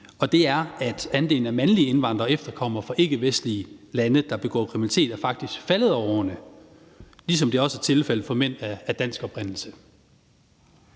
og det er, at andelen af mandlige indvandrere og efterkommere fra ikkevestlige lande, der begår kriminalitet, faktisk er faldet over årene, ligesom det også er tilfældet for mænd af dansk oprindelse.